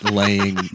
laying